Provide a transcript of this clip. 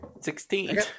Sixteen